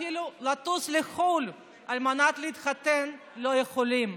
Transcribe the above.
אפילו לטוס לחו"ל להתחתן לא יכולים,